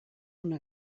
una